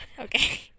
Okay